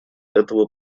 этого